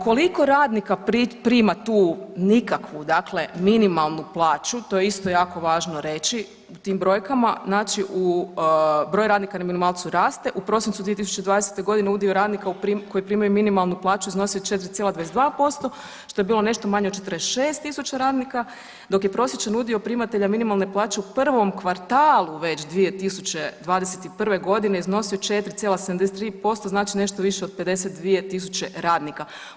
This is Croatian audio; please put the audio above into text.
Koliko radnika primatu nikakvu minimalnu plaću, to je isto jako važno reći tim brojkama, znači broj radnika na minimalcu raste u prosincu 2020.g. udio radnika koji primaju minimalnu plaću iznosio je 4,22% što je bilo nešto manje od 46.000 radnika dok je prosječan udio primatelja minimalne plaće u prvom kvartalu već 2021.g. iznosio 4,73% znači nešto više od 52.000 radnika.